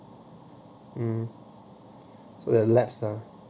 uh so the lapse ah